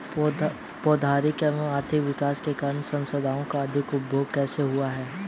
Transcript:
प्रौद्योगिक और आर्थिक विकास के कारण संसाधानों का अधिक उपभोग कैसे हुआ है?